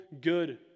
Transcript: good